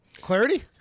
Clarity